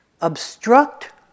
obstruct